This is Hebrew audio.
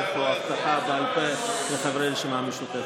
או הבטחה בעל פה לחברי הרשימה המשותפת.